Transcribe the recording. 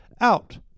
Out